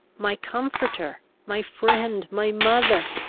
my comforter, my friend, my mother!